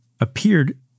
appeared